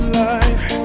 life